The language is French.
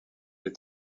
est